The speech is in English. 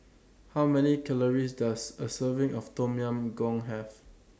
How Many Calories Does A Serving of Tom Yam Goong Have